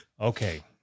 Okay